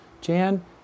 Jan